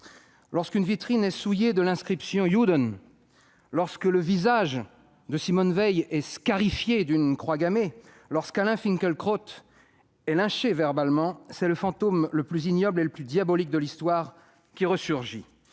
Lorsqu'une vitrine est souillée de l'inscription, lorsque le visage de Simone Veil est scarifié d'une croix gammée, lorsque Alain Finkielkraut est lynché verbalement, c'est le fantôme le plus ignoble et le plus diabolique de l'Histoire qui ressurgit.